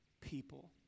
people